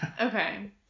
Okay